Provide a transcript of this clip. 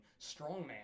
strongman